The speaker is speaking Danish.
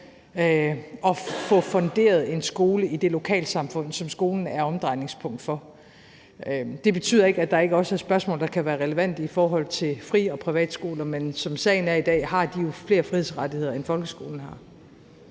at få funderet en skole i det lokalsamfund, som skolen er omdrejningspunkt for. Det betyder ikke, at der ikke også er spørgsmål, der kan være relevante i forhold til fri- og privatskoler. Men som sagen er i dag, har de jo flere frihedsrettigheder, end folkeskolen har.